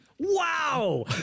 Wow